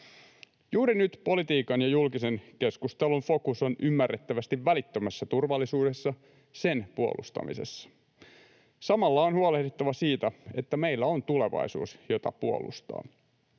Juuri nyt politiikan ja julkisen keskustelun fokus on ymmärrettävästi välittömässä turvallisuudessa, sen puolustamisessa. Samalla on huolehdittava siitä, että meillä on tulevaisuus, jota puolustaa.